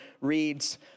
reads